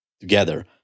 together